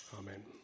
Amen